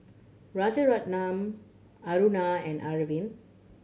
Rajaratnam Aruna and Arvind